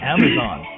Amazon